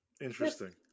Interesting